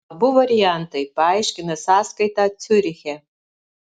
abu variantai paaiškina sąskaitą ciuriche